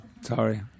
Sorry